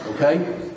Okay